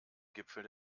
gipfel